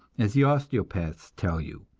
as the osteopaths tell you,